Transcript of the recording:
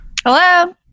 Hello